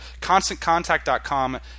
ConstantContact.com